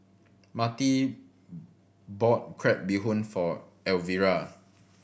Mattie bought crab bee hoon for Elvira